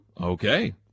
Okay